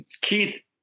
Keith